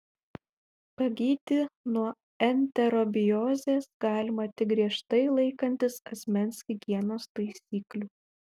pagyti nuo enterobiozės galima tik griežtai laikantis asmens higienos taisyklių